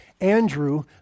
Andrew